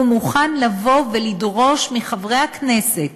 הוא מוכן לבוא ולדרוש מחברי הכנסת,